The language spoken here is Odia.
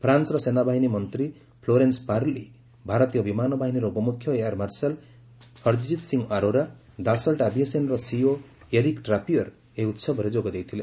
ଫ୍ରାନ୍ସର ସେନାବାହିନୀ ମନ୍ତ୍ରୀ ଫ୍ଲୋରେନ୍ସ ପାର୍ଲି ଭାରତୀୟ ବିମାନ ବାହିନୀର ଉପମୁଖ୍ୟ air marshal Harjit Singh Arora Dassault ଆଭିଏସନ୍ର ସିଇଓ ଏରିକ୍ ଟ୍ରାପିୟର୍ ଏହି ଉତ୍ସବରେ ଯୋଗ ଦେଇଥିଲେ